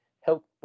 help